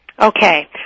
Okay